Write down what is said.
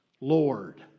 Lord